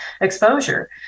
exposure